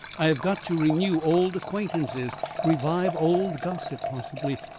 i have got to renew old acquaintances revive old gossip possibly,